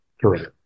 Correct